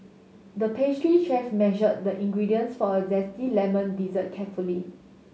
the pastry chef measured the ingredients for a zesty lemon dessert carefully